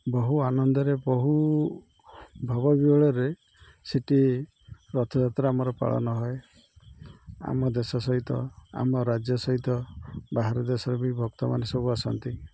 ବହୁ ଆନନ୍ଦରେ ବହୁ ଭାବବିହ୍ୱଳରେ ସେଠି ରଥଯାତ୍ରା ଆମର ପାଳନ ହଏ ଆମ ଦେଶ ସହିତ ଆମ ରାଜ୍ୟ ସହିତ ବାହାର ଦେଶ ବି ଭକ୍ତମାନେ ସବୁ ଆସନ୍ତି